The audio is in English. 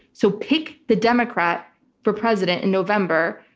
so pick the democrat for president in november,